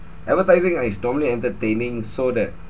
advertising ah is normally entertaining so that